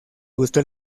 gustó